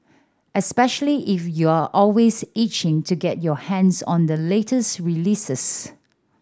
especially if you're always itching to get your hands on the latest releases